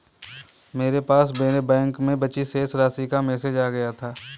मेरे पास मेरे बैंक में बची शेष राशि का मेसेज आ गया था